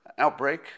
Outbreak